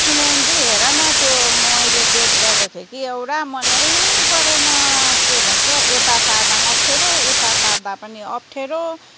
सुनेम्बी हेरन त्यो मैले बेड ल्याएको थिएँ कि एउटा मनैपरेन के भन्छ यता सार्दा पनि अप्ठेरो उता सार्दा पनि अप्ठेरो